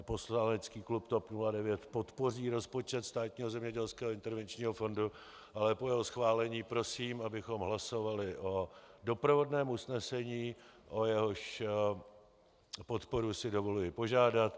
Poslanecký klub TOP 09 podpoří rozpočet Státního zemědělského a intervenčního fondu, ale po jeho schválení prosím, abychom hlasovali o doprovodném usnesení, o jehož podporu si dovoluji požádat.